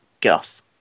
guff